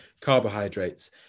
carbohydrates